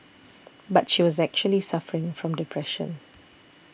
but she was actually suffering from depression